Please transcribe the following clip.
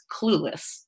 clueless